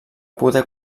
poder